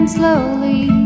slowly